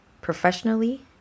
professionally